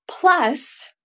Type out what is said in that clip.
plus